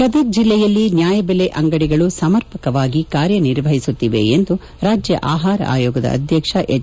ಗದಗ್ ಜಿಲ್ಲೆಯಲ್ಲಿ ನ್ಯಾಯಬೆಲೆ ಅಂಗದಿಗಳು ಸಮರ್ಪಕವಾಗಿ ಕಾರ್ಯನಿರ್ವಹಿಸುತ್ತಿವೆ ಎಂದು ರಾಜ್ಯ ಆಹಾರ ಆಯೋಗದ ಅಧ್ಯಕ್ಷ ಎಚ್